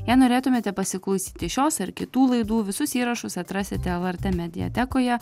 jei norėtumėte pasiklausyti šios ar kitų laidų visus įrašus atrasite lrt mediatekoje